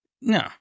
No